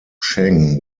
sheng